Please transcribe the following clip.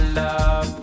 love